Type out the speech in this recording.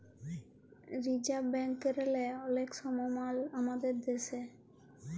reserve ব্যাংকেরলে অলেক সমমাল আমাদের দ্যাশে